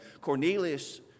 Cornelius